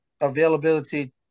availability